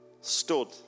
Stood